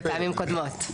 בפעמים קודמות.